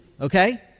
okay